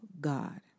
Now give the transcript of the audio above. God